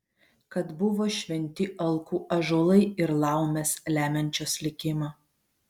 kad buvo šventi alkų ąžuolai ir laumės lemiančios likimą